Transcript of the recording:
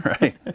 Right